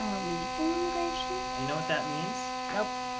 ah illegal immigration? do you know what that means? nope.